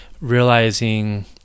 realizing